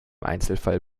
einzelfall